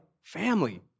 family